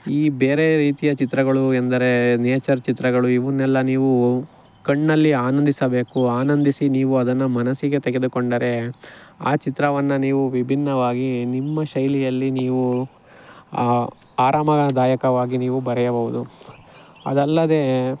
ಈ ಬೇರೆ ರೀತಿಯ ಚಿತ್ರಗಳು ಎಂದರೆ ನೇಚರ್ ಚಿತ್ರಗಳು ಇವನ್ನೆಲ್ಲ ನೀವು ಕಣ್ಣಲ್ಲಿ ಆನಂದಿಸಬೇಕು ಆನಂದಿಸಿ ನೀವು ಅದನ್ನು ಮನಸ್ಸಿಗೆ ತೆಗೆದುಕೊಂಡರೆ ಆ ಚಿತ್ರವನ್ನು ನೀವು ವಿಭಿನ್ನವಾಗಿ ನಿಮ್ಮ ಶೈಲಿಯಲ್ಲಿ ನೀವು ಆರಾಮದಾಯಕವಾಗಿ ನೀವು ಬರೆಯಬಹುದು ಅದಲ್ಲದೆ